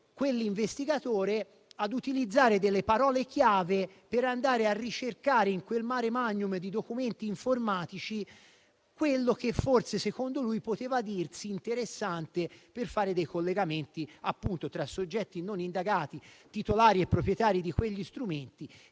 quell'investigatore ad utilizzare delle parole chiave per ricercare in quel *mare magnum* di documenti informatici quello che forse secondo lui poteva dirsi interessante per fare dei collegamenti tra soggetti non indagati, titolari e proprietari di quegli strumenti,